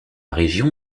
région